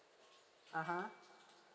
(uh huh)